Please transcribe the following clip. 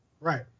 Right